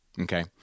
Okay